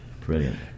Brilliant